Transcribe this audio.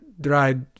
dried